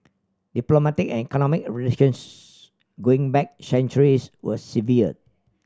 diplomatic and economic relations going back centuries were severed